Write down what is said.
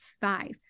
five